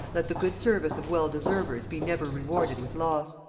let the good service of well-deservers be never rewarded with loss.